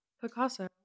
Picasso